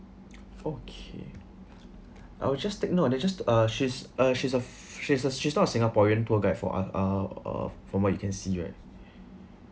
okay I will just take note and there's just uh she's uh she's uh she's uh she's not a singaporean tour guide for uh uh from what you can see right